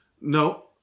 No